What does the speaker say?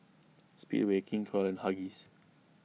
Speedway King Koil and Huggies